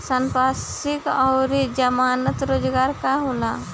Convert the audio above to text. संपार्श्विक और जमानत रोजगार का होला?